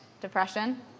depression